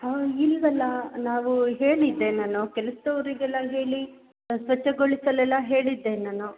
ಇಲ್ಲವಲ್ಲ ನಾವು ಹೇಳಿದ್ದೆ ನಾನು ಕೆಲಸದವ್ರಿಗೆಲ್ಲ ಹೇಳಿ ಸ್ವಚ್ಛಗೊಳಿಸಲೆಲ್ಲ ಹೇಳಿದ್ದೆ ನಾನು